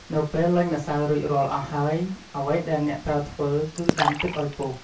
នៅពេលលញ់ម្សៅរួចរាល់អស់ហើយ អ្វីដែលអ្នកត្រូវធ្វើគឺដាំទឹកឱ្យពុះ។